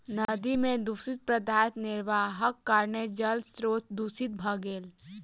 नदी में दूषित पदार्थ निर्वाहक कारणेँ जल स्त्रोत दूषित भ गेल